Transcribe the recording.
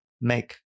make